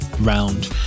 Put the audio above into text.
round